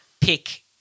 pick